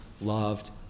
loved